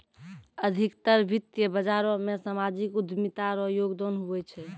अधिकतर वित्त बाजारो मे सामाजिक उद्यमिता रो योगदान हुवै छै